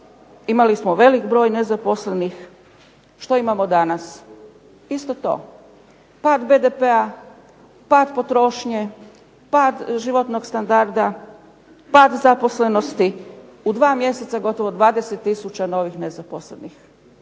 imali smo velik broj nezaposlenih. Što imamo danas? Isto to, pad BDP-a, pad potrošnje, pad životnog standarda, pad zaposlenosti. U 2 mj. gotovo 20 tisuća novih nezaposlenih.